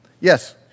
Yes